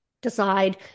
decide